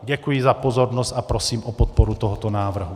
Děkuji za pozornost a prosím o podporu tohoto návrhu.